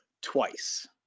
twice